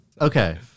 Okay